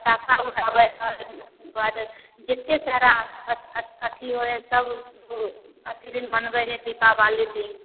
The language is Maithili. पटाखा उड़ाबै हइ ओकरबाद जतेक अथी होइ हइ सब अथी दिन मनबै हइ दीपावली दिन